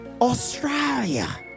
Australia